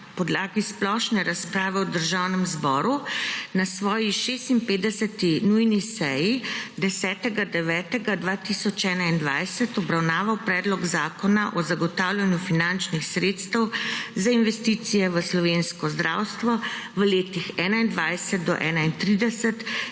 podlagi splošne razprave v Državnem zboru na svoji 56. nujni seji 10. 9. 2021 obravnaval predlog Zakona o zagotavljanju finančnih sredstev za investicije v slovensko zdravstvo v letih 2021 do